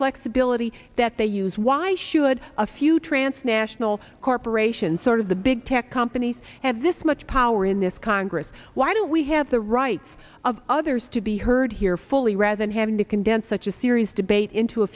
flexibility that they use why should a few transnational corporations sort of the big tech companies have this much power in this congress why don't we have the rights of others to be heard here fully rather than having to condense such a serious